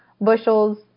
bushels